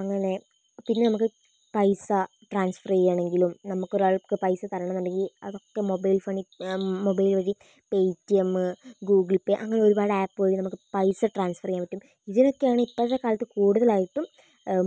അങ്ങനെ പിന്നെ നമുക്ക് പൈസ ട്രാൻസ്ഫറ് ചെയ്യാണെങ്കിലും നമുക്കൊരാൾക്ക് പൈസ തരണോന്നുണ്ടെങ്കിൽ അവർക്ക് മൊബൈൽഫോണി മൊബൈൽ വഴി പേയ്റ്റിഎമ്മ് ഗൂഗിൾപേ അങ്ങനെ ഒരുപാട് ആപ്പ് വഴി നമുക്ക് പൈസ ട്രാൻസ്ഫർ ചെയ്യാൻ പറ്റും ഇതിലൊക്കെയാണ് ഇപ്പഴത്തെക്കാലത്ത് കൂടുതലായിട്ടും